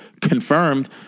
confirmed